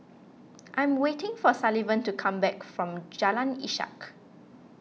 I am waiting for Sullivan to come back from Jalan Ishak